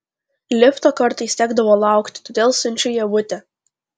lifto kartais tekdavo laukti todėl siunčiu ievutę